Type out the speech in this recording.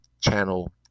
channel